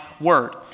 word